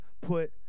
put